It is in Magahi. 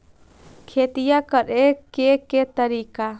खेतिया करेके के तारिका?